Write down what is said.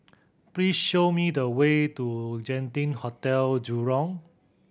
please show me the way to Genting Hotel Jurong